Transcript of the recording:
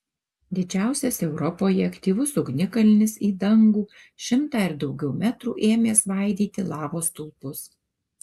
didžiausias europoje aktyvus ugnikalnis į dangų šimtą ir daugiau metrų ėmė svaidyti lavos stulpus